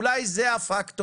אולי זה הפקטור